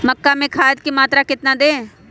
मक्का में खाद की मात्रा कितना दे?